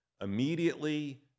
immediately